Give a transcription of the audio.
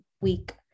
week